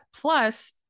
plus